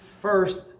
first